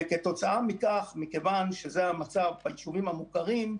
וכתוצאה מכך, מכיוון שזה המצב ביישובים המוכרים,